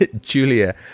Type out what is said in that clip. Julia